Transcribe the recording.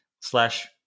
Slash